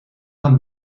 een